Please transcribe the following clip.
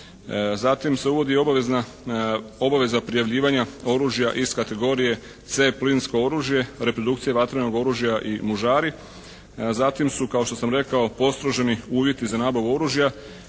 Zatim se uvodi obaveza prijavljivanja oružja iz kategorije C plinsko oružje, reprodukcije vatrenog oružja i mužari. Zatim kao što sam rekao postroženi uvjeti za nabavu oružja.